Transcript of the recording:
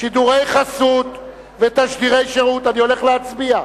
שידורי חסות ותשדירי שירות, אני הולך להצביע.